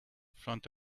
front